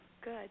good